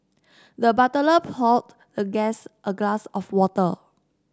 the butler poured the guest a glass of water